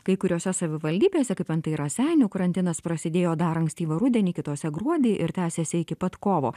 kai kuriose savivaldybėse kaip antai raseinių karantinas prasidėjo dar ankstyvą rudenį kitose gruodį ir tęsėsi iki pat kovo